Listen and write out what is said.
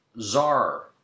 czar